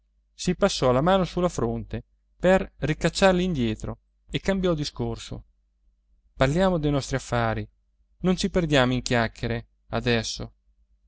si passò la mano sulla fronte per ricacciarli indietro e cambiò discorso parliamo dei nostri affari non ci perdiamo in chiacchiere adesso